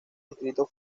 distrito